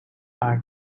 are